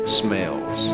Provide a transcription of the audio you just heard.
smells